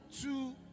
two